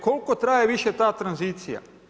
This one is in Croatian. Koliko traje više ta tranzicija?